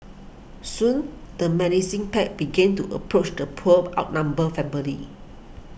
soon the menacing pack began to approach the poor outnumbered family